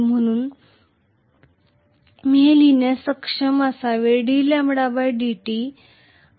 म्हणून मी हे लिहिण्यास सक्षम असावे ddt idt